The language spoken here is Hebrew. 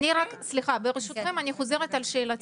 סליחה, ברשותכם אני חוזרת על שאלתי.